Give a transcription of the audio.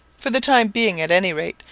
for the time being, at any rate,